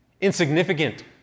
insignificant